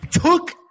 took